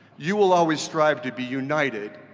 you will always strive to be united,